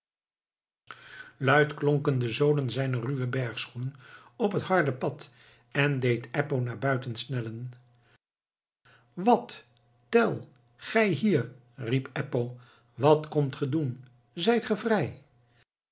luid klonken de zolen zijner ruwe bergschoenen op het harde pad en deed eppo naar buiten snellen wat tell gij hier riep eppo wat komt ge doen zijt gij vrij